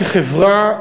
כחברה,